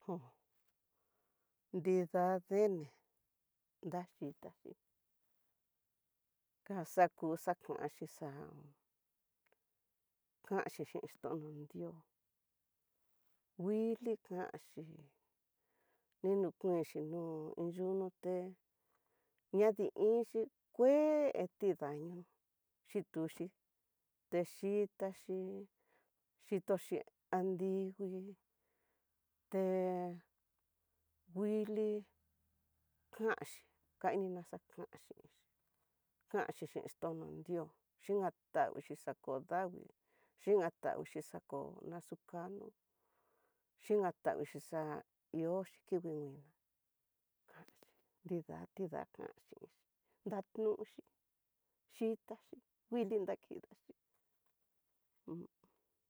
Jon nida dene daxhitaxi, kaxaku xakuanxhi xa'á, kanxhi xhitón no nrios, nguili kanxhi ninokuenxhi nó yunoté, ñadi iinxhi kue tidaño